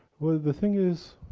well, the thing is,